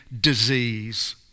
disease